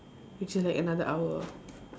which is like another hour